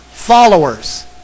followers